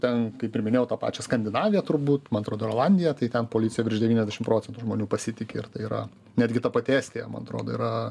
ten kaip ir minėjau tą pačią skandinaviją turbūt man atrodo ir olandiją tai ten policija virš devyniasdešim procentų žmonių pasitiki ir tai yra netgi ta pati estija man atrodo yra